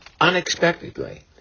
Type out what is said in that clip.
unexpectedly